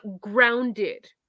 grounded